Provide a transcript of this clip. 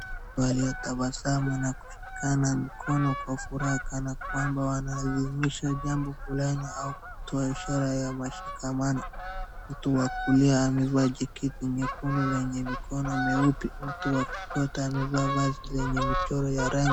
Waliotabasamu na kushikana mikono kwa furaha kanakwamba wanaadhimisha jambo fulani au kutoa ishara ya mashikamano. Mtu wa kulia amevaa jaketi nyekundu lenye mikono meupe. Mtu wa kushoto amevaa vazi lenye michoro ya rangi.